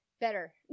better